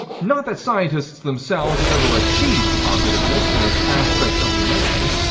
not that scientists themselves have ever achieved positiveness, in its aspect of unitedness,